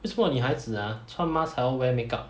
为什么女孩子 ah 穿 mask 还要 wear makeup